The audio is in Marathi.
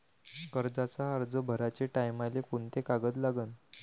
कर्जाचा अर्ज भराचे टायमाले कोंते कागद लागन?